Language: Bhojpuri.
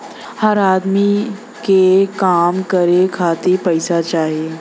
हर अदमी के काम करे खातिर पइसा चाही